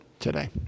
today